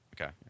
Okay